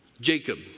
Jacob